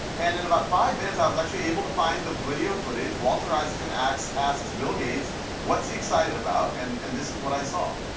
and in about five minutes i was actually able to find the video footage, walter isaacson asks asks bill gates what's he excited about, and and this is what i saw.